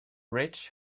rich